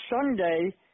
Sunday